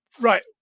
Right